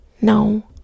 no